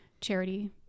charity